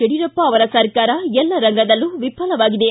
ಯಡಿಯೂರಪ್ಪ ಅವರ ಸರ್ಕಾರ ಎಲ್ಲ ರಂಗದಲ್ಲೂ ವಿಫಲವಾಗಿದೆ